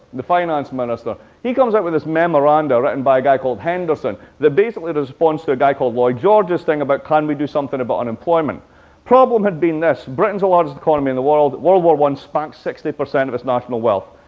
the finance minister. he comes out with this memorandum written by a guy called henderson that basically responds to a guy called lloyd george's thing about, can we do something about unemployment? the problem had been this britain's the largest economy in the world, world war i spanked sixty percent of its national wealth.